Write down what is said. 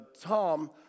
Tom